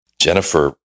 Jennifer